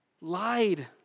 lied